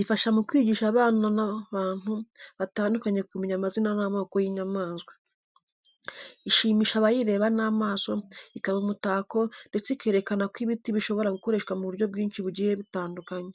Ifasha mu kwigisha abana n’abantu batandukanye kumenya amazina n'amoko y'inyamaswa. Ishimisha abayireba n'amaso, ikaba umutako, ndetse ikerekana ko ibiti bishobora gukoreshwa mu buryo bwinshi bugiye butandukanye.